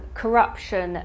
corruption